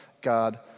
God